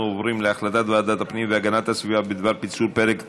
אנחנו עוברים להחלטת ועדת הפנים והגנת הסביבה בדבר פיצול פרק ט'